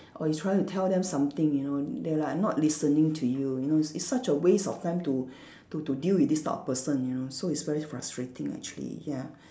or you trying to tell them something you know they like not listening to you you know it it's such a waste of time to to to deal with this type of person you know so it's very frustrating actually ya